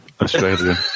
Australia